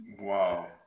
Wow